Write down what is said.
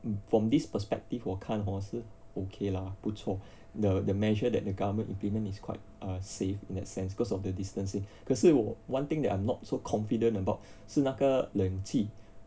from this perspective 我看 hor 是 okay lah 不错 the measure that the government implement is quite uh safe in that sense because of the distancing 可是我 one thing that I'm not so confident about 是那个冷气